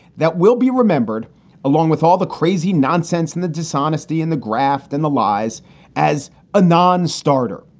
that will be remembered along with all the crazy nonsense and the dishonesty in the graft and the lies as a non-starter,